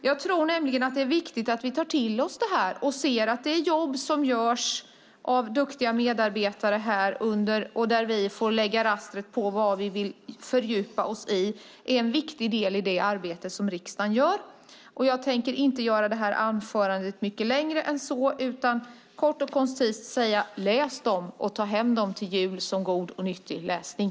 Jag tror nämligen att det är viktigt att vi tar till oss detta och ser att det jobb som görs av duktiga medarbetare här, där vi får lägga rastret på vad vi vill fördjupa oss i, är en viktig del i det arbete riksdagen gör. Jag tänker inte göra detta anförande mycket längre än så utan kort och koncist säga: Läs betänkandena! Ta hem dem till jul som god och nyttig läsning!